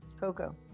coco